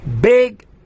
big